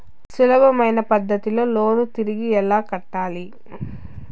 సులభమైన పద్ధతిలో లోను తిరిగి ఎలా కట్టాలి